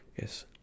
Yes